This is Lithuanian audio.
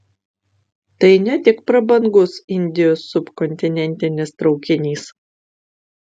tai ne tik prabangus indijos subkontinentinis traukinys